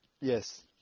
Yes